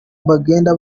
bagenda